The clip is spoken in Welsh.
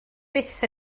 fyth